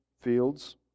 fields